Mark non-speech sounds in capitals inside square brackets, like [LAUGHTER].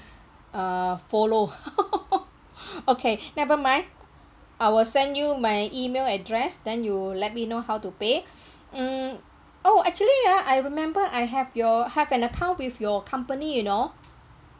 uh follow [LAUGHS] okay never mind I will send you my email address then you let me know how to pay mm oh actually ah I remember I have your have an account with your company you know